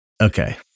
okay